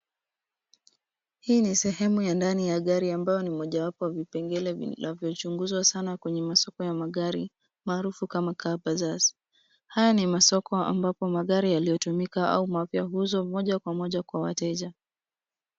Hii ni sehemu ya ndani ya gari ambayo ni moja wapo vipengele vinavyo chunguzwa sana kwenye masoko ya magari, maarufu kama car bazaars . Haya ni masoko ambapo magari ambayo yametumika au mapya huuzwa moja kwa moja kwa wateja.